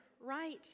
Right